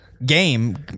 Game